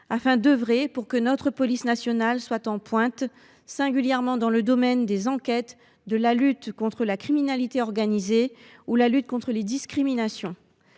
afin d’œuvrer pour que notre police nationale soit en pointe, singulièrement dans le domaine des enquêtes, de la lutte contre la criminalité organisée ou la lutte contre les discriminations.